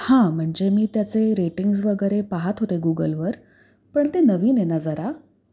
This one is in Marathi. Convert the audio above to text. हां म्हणजे मी त्याचे रेटिंग्ज वगैरे पाहत होते गुगलवर पण ते नवीन आहे ना जरा